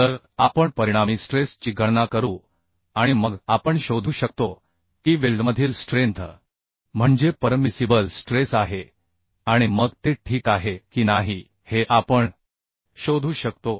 तर आपण परिणामी स्ट्रेस ची गणना करू आणि मग आपण शोधू शकतो की वेल्डमधील स्ट्रेंथ म्हणजे परमिसिबल स्ट्रेस आहे आणि मग ते ठीक आहे की नाही हे आपण शोधू शकतो